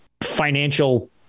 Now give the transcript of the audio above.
financial